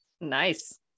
Nice